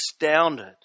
astounded